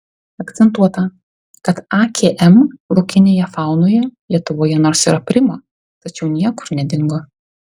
akcentuota kad akm laukinėje faunoje lietuvoje nors ir aprimo tačiau niekur nedingo